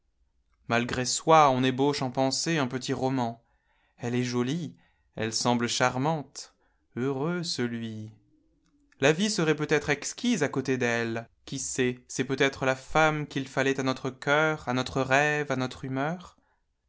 malgré soi on ébauche en pensée un petit roman elle est jolie elle semble charmante heureux celui la vie serait peut-être exquise à coté d'elle qui sait c'est peut-être la femme qu'il fallait à notre cœur à notre rêve à notre humeur